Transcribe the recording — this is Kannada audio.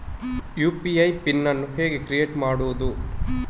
ಯು.ಪಿ.ಐ ಪಿನ್ ಅನ್ನು ಹೇಗೆ ಕ್ರಿಯೇಟ್ ಮಾಡುದು?